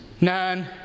None